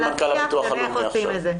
השאלה איך עושים את זה.